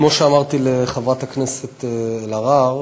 כמו שאמרתי לחברת הכנסת אלהרר,